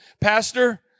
Pastor